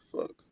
Fuck